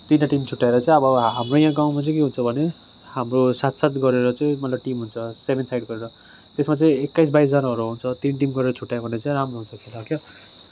तिनवटा टिम छुट्याएर चाहिँ अब हाम्रो यहाँ गाउँमा चाहिँ के हुन्छ भने हाम्रो सात सात गरेर चाहिँ मतलब टिम हुन्छ सेभेन साइड गरेर त्यसमा चाहिँ एक्काइस बाइसजनाहरू हुन्छ तिन टिम हरेर छुट्यायो भने चाहिँ राम्रो हुन्छ खेला क्या